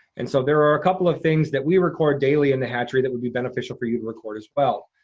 and so there are a couple of things that we record daily in the hatchery that would be beneficial for you to record, as well.